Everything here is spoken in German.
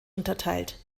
unterteilt